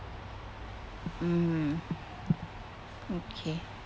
mm okay